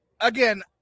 again